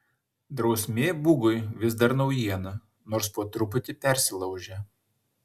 drausmė bugui vis dar naujiena nors po truputį persilaužia